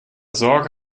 sorge